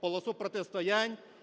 полосу протистоянь.